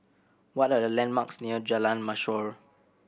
what are the landmarks near Jalan Mashor